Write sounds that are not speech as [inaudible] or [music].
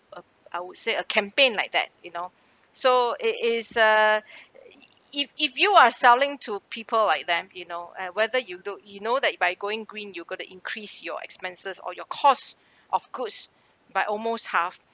um I would say a campaign like that you know so it is uh [noise] if if you are selling to people like them you know and whether you don't you know that it by going green you got to increase your expenses or your costs of goods by almost half